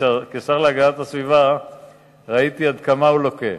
כשר להגנת הסביבה ראיתי עד כמה הוא לוקה.